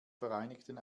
vereinigten